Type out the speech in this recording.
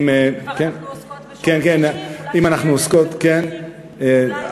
אם כבר אנחנו עוסקות בשירות נשים אולי שתהיה,